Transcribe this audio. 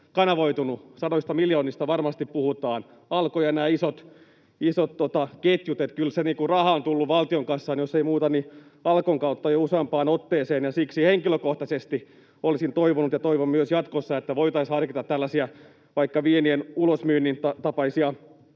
kanavoitunut? Sadoista miljoonista varmasti puhutaan — Alko ja nämä isot ketjut — eli kyllä se raha on tullut valtion kassaan, jos ei muuten, niin Alkon kautta jo useampaan otteeseen. Siksi henkilökohtaisesti olisin toivonut ja toivon myös jatkossa, että voitaisiin harkita tällaisia vaikka viinien ulosmyynnin tapaisia